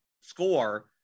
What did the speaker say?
score